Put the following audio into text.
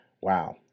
wow